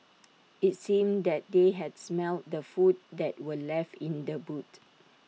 IT seemed that they had smelt the food that were left in the boot